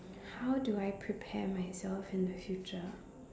how do I prepare myself in the future